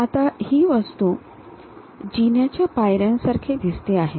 तर आता ही वस्तू जिन्याच्या पायऱ्यांसारखी दिसते आहे